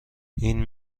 این